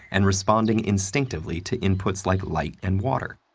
and responding instinctively to inputs like light and water.